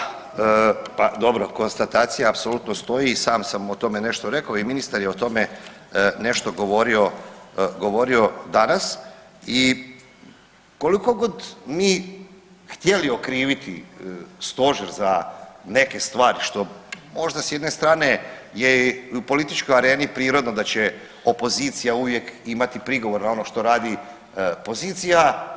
Da, pa dobro konstatacija apsolutno stoji i sam sam o tome nešto rekao i ministar je o tome nešto govorio, govorio danas i koliko god mi htjeli okriviti stožer za neke stvari što, možda s jedne strane je u političkoj areni prirodno da će opozicija uvijek imati prigovor na ono što radi pozicija.